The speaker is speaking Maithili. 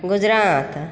गुजरात